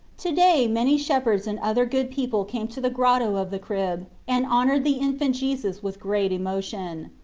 to day many shepherds and other good people came to the grotto of the crib and honoured the infant jesus with great emotion.